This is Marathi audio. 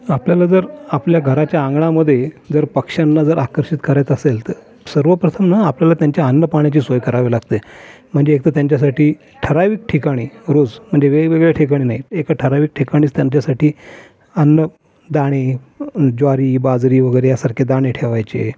आपल्याला जर आपल्या घराच्या अंगणामध्ये जर पक्ष्यांना जर आकर्षित करायचं असेल तर सर्वप्रथम ना आपल्याला त्यांच्या अन्नपाण्याची सोय करावी लागते म्हणजे एक तर त्यांच्यासाठी ठराविक ठिकाणी रोज म्हणजे वेगवेगळ्या ठिकाणी नाही एका ठराविक ठिकाणीच त्यांच्यासाठी अन्न दाणे ज्वारी बाजरी वगैरे यासारखे दाणे ठेवायचे